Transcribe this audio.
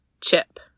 Chip